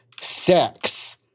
sex